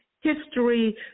history